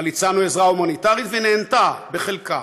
אבל הצענו עזרה הומניטרית, והיא נענתה בחלקה.